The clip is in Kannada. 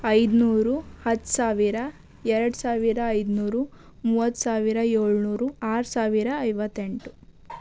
ಐದುನೂರು ಹತ್ತು ಸಾವಿರ ಎರಡು ಸಾವಿರದ ಐದುನೂರು ಮೂವತ್ತು ಸಾವಿರದ ಏಳುನೂರು ಆರು ಸಾವಿರದ ಐವತ್ತೆಂಟು